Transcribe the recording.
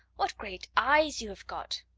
what great eyes you have got!